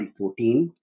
2014